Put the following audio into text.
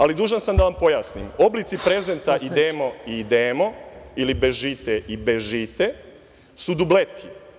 Ali, dužan sam da vam pojasnim, oblasti prezenta idemo i idemo ili bežite i bežite su dubleti.